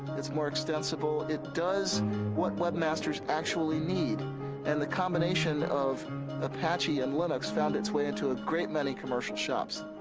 it's more extensible it does what webmasters actually need and the combination of apache and linux found its way into a great many commercial shops.